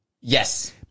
Yes